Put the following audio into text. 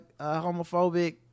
homophobic